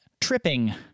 tripping